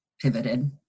pivoted